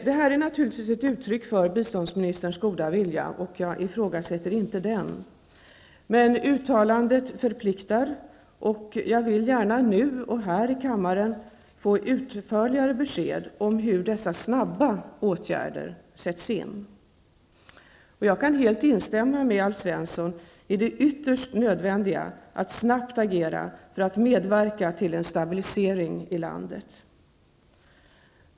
Det här är naturligtvis ett uttryck för biståndsministerns goda vilja, och jag ifrågasätter inte den. Men uttalandet förpliktar, och jag vill gärna nu här i kammaren få utförligare besked om hur dessa snabba åtgärder sätts in. Jag kan helt instämma med Alf Svensson i det ytterst nödvändiga att snabbt agera för att medverka till en stabilisering i landet.